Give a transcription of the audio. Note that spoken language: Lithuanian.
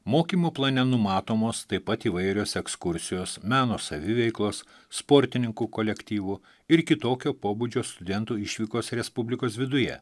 mokymo plane numatomos taip pat įvairios ekskursijos meno saviveiklos sportininkų kolektyvų ir kitokio pobūdžio studentų išvykos respublikos viduje